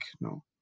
no